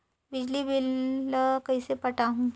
बिजली बिल ल कइसे पटाहूं?